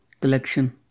collection